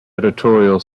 editorial